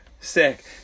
Sick